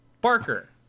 Barker